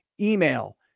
Email